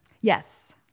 yes